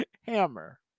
Hammer